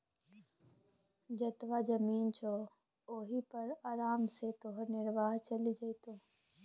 जतबा जमीन छौ ओहि पर आराम सँ तोहर निर्वाह चलि जेतौ